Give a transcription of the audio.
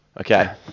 Okay